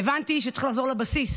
והבנתי שצריכים לחזור לבסיס,